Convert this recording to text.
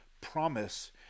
promise